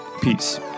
Peace